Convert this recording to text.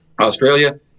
Australia